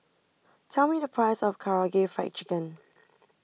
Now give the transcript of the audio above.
tell me the price of Karaage Fried Chicken